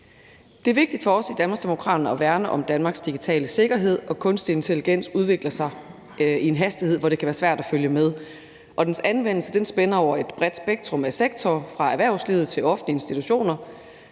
Det er vigtigt for os i Danmarksdemokraterne at værne om Danmarks digitale sikkerhed, og kunstig intelligens udvikler sig i en hastighed, hvor det kan være svært at følge med. Dens anvendelse spænder over et bredt spektrum af sektorer fra erhvervslivet til offentlige institutioner.